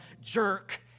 jerk